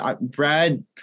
Brad